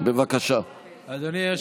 תיקון מס'